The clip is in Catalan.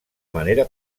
manera